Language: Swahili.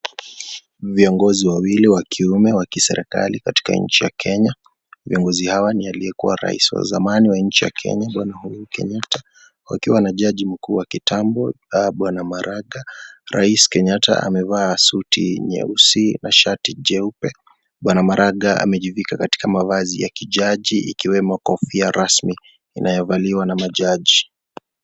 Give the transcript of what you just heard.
Viongozi wawili wa kiume wa kiserikali katika nchi ya Kenya. Viongozi hawa ni aliyekuwa rais wa zamani wa nchi ya Kenya, Uhuru Kenyataa akiwa na Jaji Mkuu wa kitambo, Bwana Maraga. Rais Kenyatta amevaa suti nyeusi na shati jeupe. Bwana Maraga amejivika katika mavazi ya kijaji ikiwemo kofia rasmi inayovaliwa na majaji.